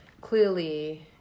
clearly